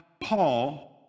Paul